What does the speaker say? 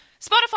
Spotify